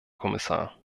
kommissar